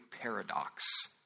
paradox